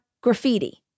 graffiti